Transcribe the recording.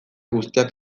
guztiak